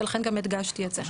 ולכן גם הדגשתי את זה.